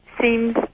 seems